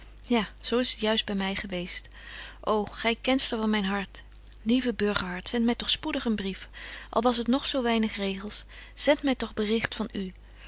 ja zo is het juist by my geweest ô gy kenster van myn hart lieve burgerhart zendt my toch spoedig een brief al was t nog zo weinig regels zendt my toch bericht van u